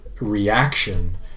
reaction